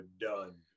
done